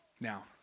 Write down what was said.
Now